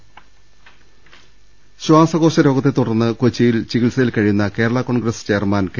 ദർശ്ശേദ ശ്വാസകോശ രോഗത്തെ തുടർന്ന് കൊച്ചിയിൽ ചികിത്സയിൽ കഴിയുന്ന കേരള കോൺഗ്രസ് ചെയർമാൻ കെ